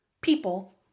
people